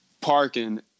parking